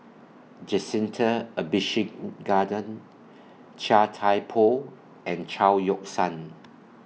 Jacintha Abisheganaden Chia Thye Poh and Chao Yoke San